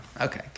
okay